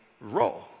role